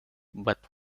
but